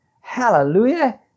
Hallelujah